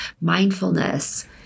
mindfulness